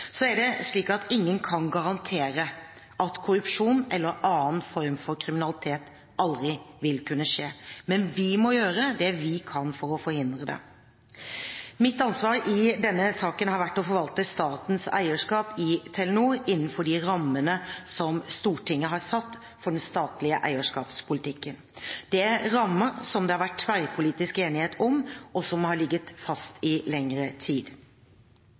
Så er det slik at ingen kan garantere at korrupsjon eller annen form for kriminalitet aldri vil kunne skje, men vi må gjøre det vi kan for å forhindre det. Mitt ansvar i denne saken har vært å forvalte statens eierskap i Telenor innenfor de rammene som Stortinget har satt for den statlige eierskapspolitikken. Det er rammer som det har vært tverrpolitisk enighet om, og som har ligget fast i lengre tid.